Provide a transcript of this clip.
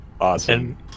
Awesome